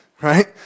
Right